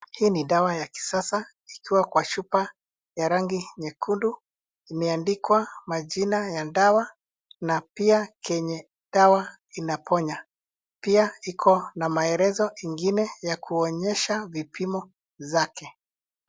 Hii ni dawa ya kisasa ikiwa kwa chupa ya rangi nyekundu imeandikwa majina ya dawa na pia kenye dawa inaponya. Pia iko na maelezo ingine ya kuonyesha vipimo zake.